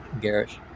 garish